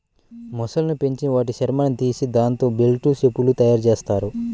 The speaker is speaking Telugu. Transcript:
మొసళ్ళను పెంచి వాటి చర్మాన్ని తీసి దాంతో బెల్టులు, చెప్పులు తయ్యారుజెత్తారు